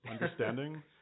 understanding